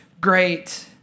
great